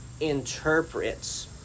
interprets